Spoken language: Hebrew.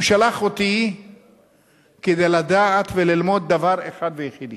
הוא שלח אותי כדי לדעת וללמוד דבר אחד ויחידי,